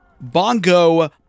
Bongo